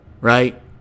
right